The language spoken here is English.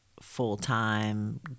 full-time